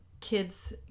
kids